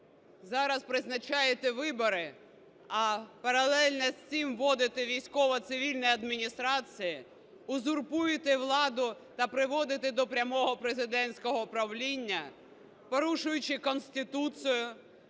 зараз призначаєте вибори, а паралельно з цим вводите військово-цивільні адміністрації, узурпуєте владу та приводите до прямого президентського правління, порушуючи Конституцію,